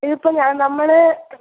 ഇതിപ്പം ഞാൻ നമ്മൾ